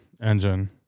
engine